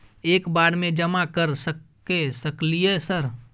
एक बार में जमा कर सके सकलियै सर?